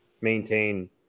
maintain